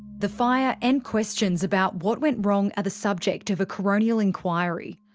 the fire and questions about what went wrong are the subject of a coronial inquiry.